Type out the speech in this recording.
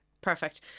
Perfect